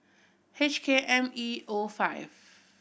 H K M E O five